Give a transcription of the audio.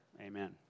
Amen